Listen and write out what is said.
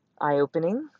eye-opening